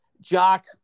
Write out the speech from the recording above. Jock